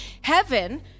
heaven